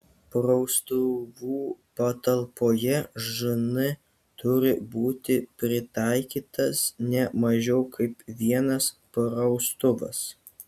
praustuvų patalpoje žn turi būti pritaikytas ne mažiau kaip vienas praustuvas